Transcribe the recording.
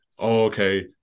okay